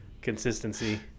consistency